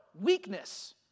weakness